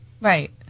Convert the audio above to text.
right